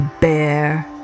Bear